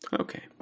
Okay